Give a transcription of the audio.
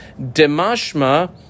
Demashma